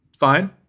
Fine